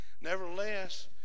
nevertheless